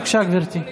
בבקשה, גברתי.